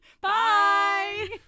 Bye